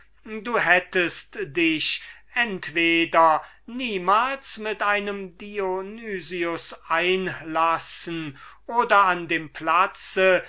du hättest dich entweder niemals mit einem dionysius einlassen oder an dem platz